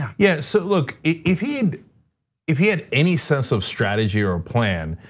yeah, so look if he if he had any sense of strategy or plan,